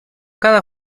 cada